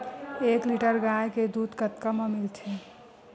एक लीटर गाय के दुध कतका म मिलथे?